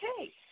okay